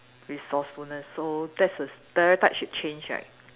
resourcefulness so that's the stereotype should change right